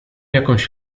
jakąś